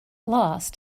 lost